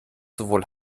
sowohl